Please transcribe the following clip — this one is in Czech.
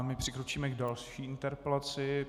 My přikročíme k další interpelaci.